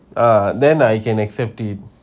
ah then I can accept it